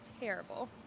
terrible